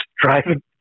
driving